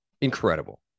Incredible